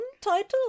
title